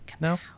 No